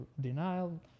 denial